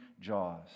jaws